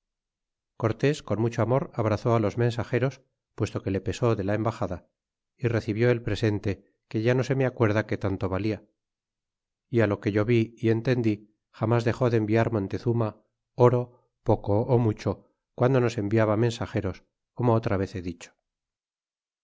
cortés con mucho amor abrazó á los rnensageros puesto que le pesó de la embaxada y recibió el presente que ya no se me acuerda qué tanto valia é lo que yo vi y entendí jamás dexó de enviar montezuma oro poco ó mucho guando nos enviaba mensageros como otra vez he dicho